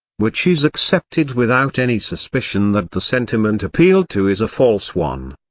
which is accepted without any suspicion that the sentiment appealed to is a false one.